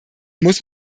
muss